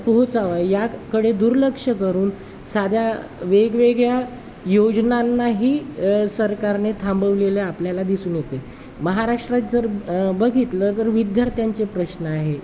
पोहोचावा याकडे दुर्लक्ष करून साध्या वेगवेगळ्या योजनांनाही सरकारने थांबवलेलं आपल्याला दिसून येते महाराष्ट्रात जर बघितलं तर विद्यार्थ्यांचे प्रश्न आहे